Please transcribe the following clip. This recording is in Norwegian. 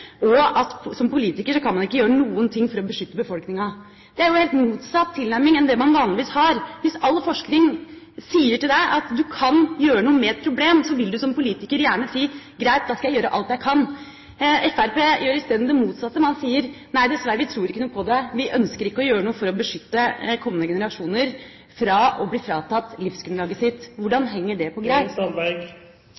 at man som politiker ikke kan gjøre noen ting for å beskytte befolkninga. Det er jo en helt motsatt tilnærming av det man vanligvis har. Hvis all forskning sier til deg at du kan gjøre noe med et problem, så vil du som politiker gjerne si: Greit, da skal jeg gjøre alt jeg kan. Fremskrittspartiet gjør i stedet det motsatte. Man sier: Nei, dessverre, vi tror ikke noe på det, vi ønsker ikke å gjøre noe for å beskytte kommende generasjoner mot å bli fratatt livsgrunnlaget sitt. Hvordan